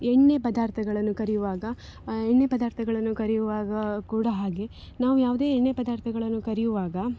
ಎಣ್ಣೆ ಪದಾರ್ಥಗಳನ್ನು ಕರಿಯುವಾಗ ಎಣ್ಣೆ ಪದಾರ್ಥಗಳನ್ನು ಕರಿಯುವಾಗ ಕೂಡ ಹಾಗೆ ನಾವು ಯಾವುದೇ ಎಣ್ಣೆ ಪದಾರ್ಥಗಳನ್ನು ಕರಿಯುವಾಗ